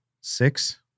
six